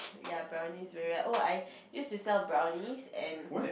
ya brownies when we're oh I used to sell brownies and